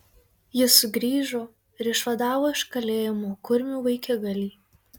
jis sugrįžo ir išvadavo iš kalėjimo kurmių vaikigalį